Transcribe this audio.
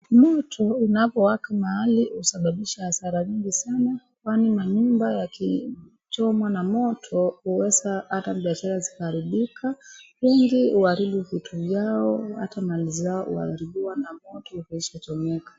Moto unavyowaka mahali husababisha hasara mingi sana kwani manyumba yakichomwa na moto huweza ata biashara zikaharaibika. Wengi huharibu vitu vyao hata mali zao huharibiwa na moto zilizo chomeka.